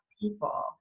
people